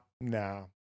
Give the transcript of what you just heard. no